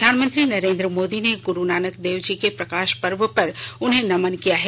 प्रधानमंत्री नरेन्द्र मोदी ने गुरु नानक देव जी के प्रकाश पर्व पर उन्हें नमन किया है